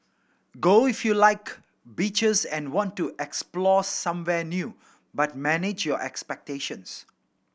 go if you like beaches and want to explore somewhere new but manage your expectations